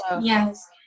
yes